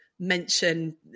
mention